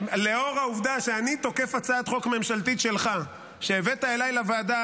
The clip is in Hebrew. לאור העובדה שאני תוקף הצעת חוק ממשלתית שלך שהבאת אליי לוועדה